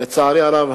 לצערי הרב,